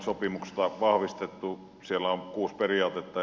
siellä on kuusi periaatetta